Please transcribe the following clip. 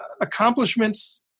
accomplishments